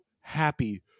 happy